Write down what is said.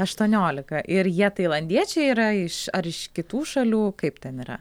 aštuoniolika ir jie tailandiečiai yra iš ar iš kitų šalių kaip ten yra